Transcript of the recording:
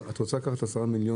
רק להבין, את רוצה לקחת 10 מיליון